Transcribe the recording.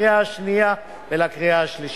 לקריאה שנייה ולקריאה שלישית.